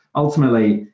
ultimately,